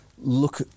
look